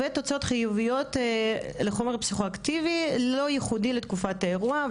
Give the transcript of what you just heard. ותוצאות חיוביות לחומר פסיכואקטיבי לא ייחודי לתקופת האירוע,